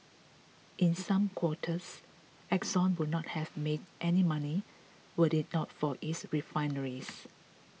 in some quarters Exxon would not have made any money were it not for its refineries